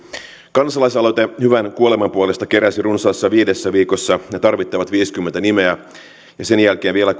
kansalaisaloite hyvän kuoleman puolesta keräsi runsaassa viidessä viikossa tarvittavat viisikymmentätuhatta nimeä ja sen jälkeen vielä